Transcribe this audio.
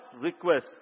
request